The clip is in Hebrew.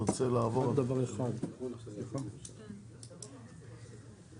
אנחנו נשמח לעשות את זה ואין שום בעיה לעשות את התשתיות האלה כמו תשתיות